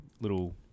little